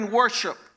worship